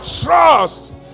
trust